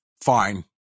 fine